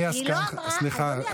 אני עסקן, אדוני,